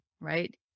right